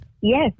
Yes